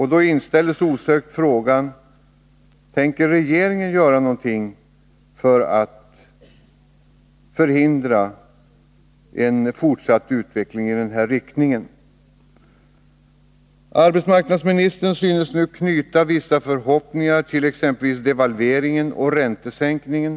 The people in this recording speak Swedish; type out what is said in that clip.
Här inställer sig osökt frågan: Tänker regeringen göra någonting för att förhindra en fortsatt utveckling i denna riktning? Arbetsmarknadsministern synes nu knyta vissa förhoppningar till exempelvis devalveringen och räntesänkningen.